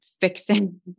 fixing